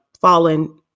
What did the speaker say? fallen